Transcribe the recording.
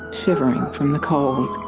shivering from the cold.